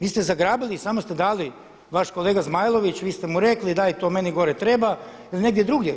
Vi ste zagrabili i samo ste dali, vaš kolega Zmajlović, vi ste mu rekli daj to meni gore treba ili negdje drugdje?